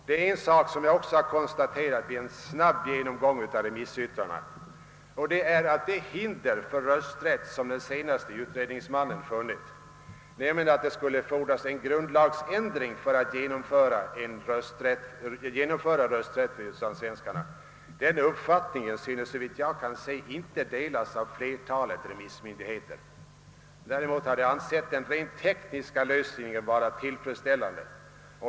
Vid en snabb genomgång av remissyttrandena har jag även fäst mig vid att det hinder för utlandssvenskarnas rösträtt, som den senaste utredningsmannen funnit — nämligen att det skulle erfordras en grundlagsändring för dess genomförande — enligt vad flertalet av remissmyndigheterna anser inte skulle föreligga. De har också betraktat den rent tekniska lösningen som tillfredsställande.